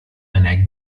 einer